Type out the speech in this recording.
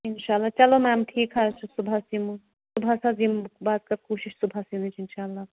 اِنشاءاللہ چَلو میم ٹھیٖک حظ چھُ صُبحَس یِمو صُبحَس حظ یِم بہٕ حظ کَرٕ کوٗشِش صُبحَس یِنٕچ اِنشاءاللہ